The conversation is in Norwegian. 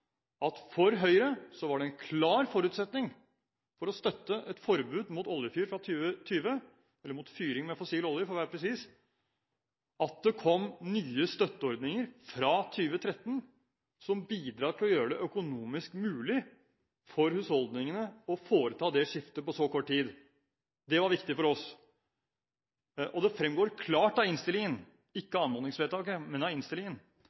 at for Høyre var det en klar forutsetning for å støtte et forbud mot oljefyr fra 2020 – eller mot fyring med fossil olje, for å være presis – at det kom nye støtteordninger fra 2013 som bidrar til å gjøre det økonomisk mulig for husholdningene å foreta det skiftet på så kort tid. Det var viktig for oss. Det fremgår klart av innstillingen, ikke av anmodningsvedtaket, men av innstillingen,